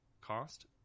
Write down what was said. cost